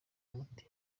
umuti